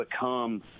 become